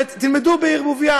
ותלמדו בערבוביה,